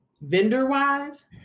vendor-wise